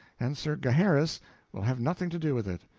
and sir gaheris will have nothing to do with it.